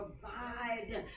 provide